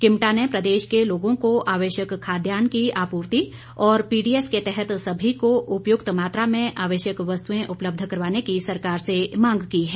किमटा ने प्रदेश के लोगों को आवश्यक खाद्यान्न की आपूर्ति और पीडीएस के तहत सभी को उपयुक्त मात्रा में आवश्यक वस्तुएं उपलब्ध करवाने की सरकार से मांग की है